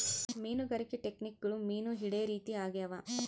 ಮೀನುಗಾರಿಕೆ ಟೆಕ್ನಿಕ್ಗುಳು ಮೀನು ಹಿಡೇ ರೀತಿ ಆಗ್ಯಾವ